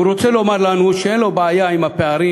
הוא רוצה לומר לנו שאין לו בעיה עם הפערים